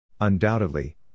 Undoubtedly